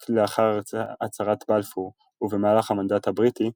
רק לאחר הצהרת בלפור ובמהלך המנדט הבריטי,